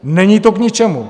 Není to k ničemu.